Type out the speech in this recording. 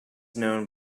known